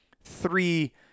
three